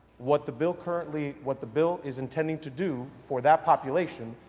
what the bill currently, what the bill is intending to do for that population,